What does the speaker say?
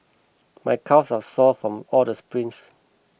my calves are sore from all the sprints